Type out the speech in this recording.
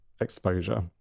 exposure